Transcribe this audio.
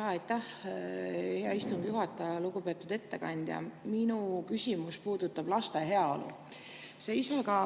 Aitäh, hea istungi juhataja! Lugupeetud ettekandja! Minu küsimus puudutab laste heaolu. Sa ise ka